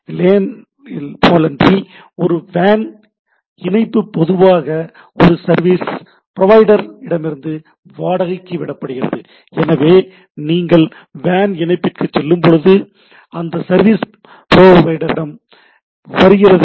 LAN ஐப் போலன்றி ஒரு WAN இணைப்பு பொதுவாக ஒரு சர்வீஸ் ப்ரோவைடர் இடமிருந்து வாடகைக்கு விடப்படுகிறது எனவே நீங்கள் 'வேன்' இணைப்பிற்குச் செல்லும்போது அது சர்வீஸ் ப்ரோவைடரிடமிருந்து வருகிறது